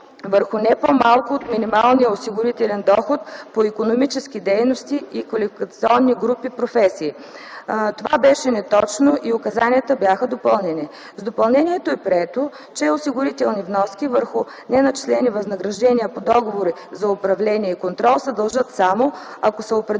върху не по-малко от минималния осигурителен доход по икономически дейности и квалификационни групи професии. Това беше неточно и указанията бяха допълнени. С допълнението е прието, че осигурителни вноски върху неначислени възнаграждения по договори за управление и контрол се дължат само, ако са определени